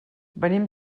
venim